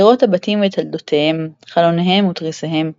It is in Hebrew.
קירות הבתים ודלתותיהם, חלוניהם ותריסיהם,